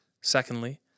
Secondly